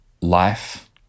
life